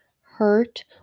hurt